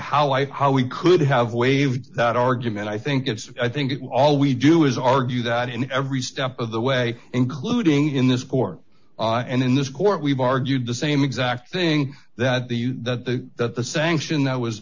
how it how we could have waived that argument i think it's i think it was all we do is argue that in every step of the way including in this court and in this court we've argued the same exact thing that the that the that the sanction that was